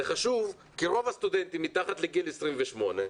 זה חשוב כי רוב הסטודנטים מתחת לגיל 28,